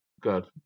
Good